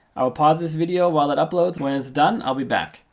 i'll pause this video while it uploads. when it's done, i'll be back.